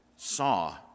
saw